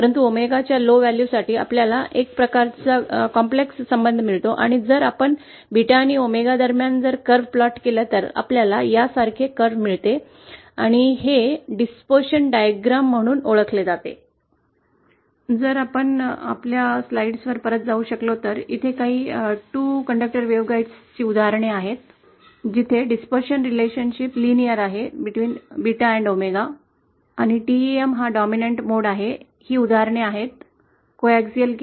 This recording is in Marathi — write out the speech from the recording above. परंतु 𝞈 च्या निम्न मूल्यांसाठी आपल्याला एक प्रकारचा गुंतागुंतीचा संबंध मिळतो आणि जर आपण 𝞫 आणि 𝞈 दरम्यान हे कर्व आखली तर आपल्याला यासारखे वक्र मिळेल